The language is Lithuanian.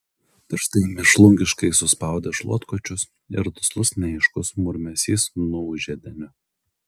pirštai mėšlungiškai suspaudė šluotkočius ir duslus neaiškus murmesys nuūžė deniu